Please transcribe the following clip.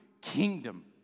kingdom